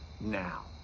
now